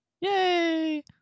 Yay